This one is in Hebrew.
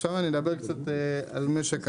עכשיו אני אדבר קצת על משק החשמל,